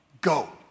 go